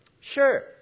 sure